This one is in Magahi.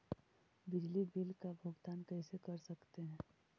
बिजली बिल का भुगतान कैसे कर सकते है?